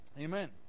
Amen